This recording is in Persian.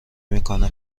میکنه